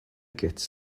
kits